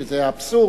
שזה היה אבסורד,